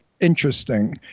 interesting